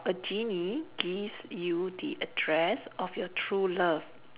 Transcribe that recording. a genie gives you the address of your true love